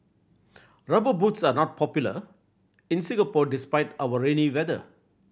Rubber Boots are not popular in Singapore despite our rainy weather